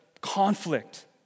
conflict